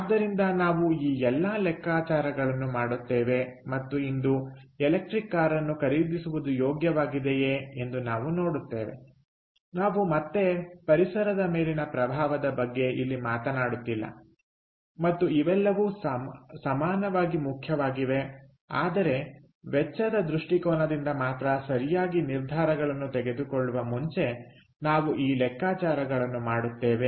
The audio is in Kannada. ಆದ್ದರಿಂದ ನಾವು ಈ ಎಲ್ಲಾ ಲೆಕ್ಕಾಚಾರಗಳನ್ನು ಮಾಡುತ್ತೇವೆ ಮತ್ತು ಇಂದು ಎಲೆಕ್ಟ್ರಿಕ್ ಕಾರನ್ನು ಖರೀದಿಸುವುದು ಯೋಗ್ಯವಾಗಿದೆಯೇ ಎಂದು ನಾವು ನೋಡುತ್ತೇವೆ ನಾವು ಮತ್ತೆ ಪರಿಸರದ ಮೇಲಿನ ಪ್ರಭಾವದ ಬಗ್ಗೆ ಇಲ್ಲಿ ಮಾತನಾಡುತ್ತಿಲ್ಲ ಮತ್ತು ಇವೆಲ್ಲವೂ ಸಮಾನವಾಗಿ ಮುಖ್ಯವಾಗಿವೆ ಆದರೆ ವೆಚ್ಚದ ದೃಷ್ಟಿಕೋನದಿಂದ ಮಾತ್ರ ಸರಿಯಾಗಿ ನಿರ್ಧಾರಗಳನ್ನು ತೆಗೆದುಕೊಳ್ಳುವ ಮುಂಚೆ ನಾವು ಈ ಲೆಕ್ಕಾಚಾರಗಳನ್ನು ಮಾಡುತ್ತೇವೆ